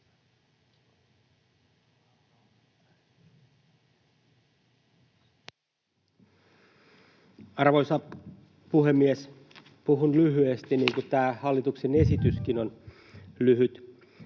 Arvoisa puhemies! Puhun lyhyesti, kun tämä hallituksen esityskin on lyhyt.